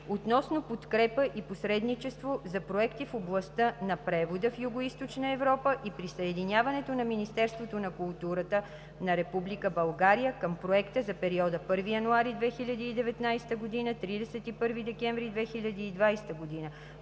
относно подкрепа и посредничество за проекти в областта на превода в Югоизточна Европа и присъединяването на Министерството на културата на Република България към проекта за периода 1 януари 2019 г. – 31 декември 2020 г.,